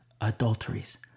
adulteries